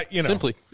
Simply